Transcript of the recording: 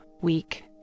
week